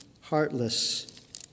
heartless